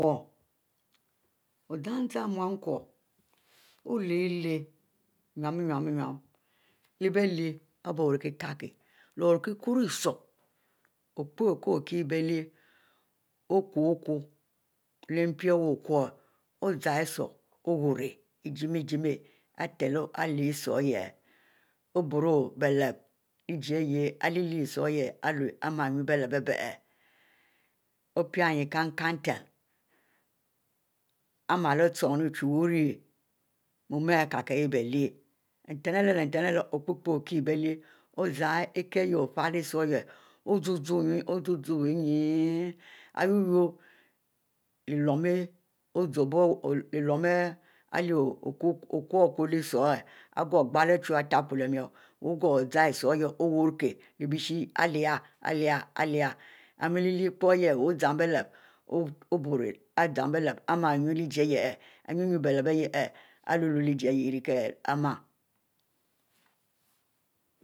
Ozam-zam muko oleleh innu-nue bielyieh abie orie kikieh, leh orie kuro ishu opie ko kie bielyieh okuko leh biempi ari bie okuko, ozam ishu owurrieh igimieh igimieh aritelu lyhieh oburro bielep oleh ishu hieh alure imieh nuhieh bielep-opie nnue cun-cune nten imiel ichinuieh mou arikikiel bie lyiehu ntenleh-ntenleh opie ko kie hieh bielyieh mieh zam ishu ozooh inne ahieh yuo leh-lume ozobo ari ko ghieh ichuo iko gleieh ichuo o'ghieh ishu orie kuukieh uhbiesh aleh-leh, imieh leh poo leh, ozam bielep ori biewru, imiel yun-yun iyehieh